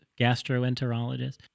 Gastroenterologist